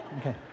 Okay